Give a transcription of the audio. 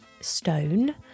stone